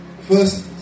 first